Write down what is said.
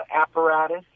apparatus